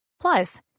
Plus